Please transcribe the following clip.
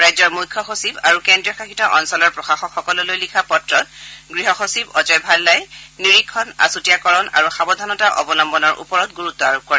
ৰাজ্যৰ মুখ্য সচিব আৰু কেন্দ্ৰীয় শাসিত অঞ্চলৰ প্ৰশাসকসকলোলৈ লিখা পত্ৰত গৃহ সচিব অজয় ভান্নাই নিৰীক্ষণ আছুতীয়াকৰণ আৰু সাৱধানতা অৱলম্বনৰ ওপৰত গুৰুত্ব আৰোপ কৰে